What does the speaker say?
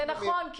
נכון.